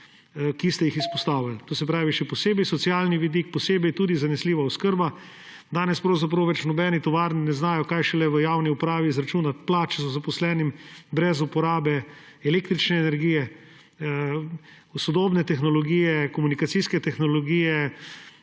ki ste jih izpostavili. To se pravi, še posebej socialni vidik, posebej tudi zanesljiva oskrba. Danes v nobeni tovarni ne znajo več, kaj šele v javni upravi, izračunati plač zaposlenih brez uporabe električne energije, sodobne tehnologije, komunikacijske tehnologije.